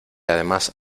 además